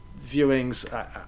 viewings